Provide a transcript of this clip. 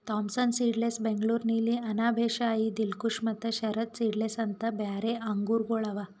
Thompson seedless, Bengaluru ನೀಲಿ, ಅನಾಬ್ ಎ ಶಾಹಿ, ದಿಲ್ಖುಷ ಮತ್ತ Sharad seedless ಅಂತ್ ಬ್ಯಾರೆ ಆಂಗೂರಗೊಳ್ ಅವಾ